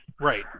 Right